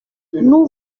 nous